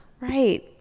Right